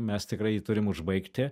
mes tikrai jį turim užbaigti